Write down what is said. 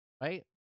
right